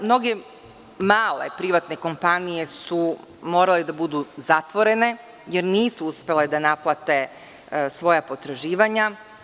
Mnoge male privatne kompanije su morale da budu zatvorene, jer nisu uspele da naplate svoja potraživanja.